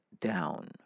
down